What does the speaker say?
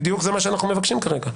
זה מה שאנחנו מבקשים כרגע.